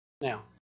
Now